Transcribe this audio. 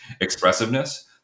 expressiveness